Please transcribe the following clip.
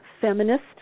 Feminist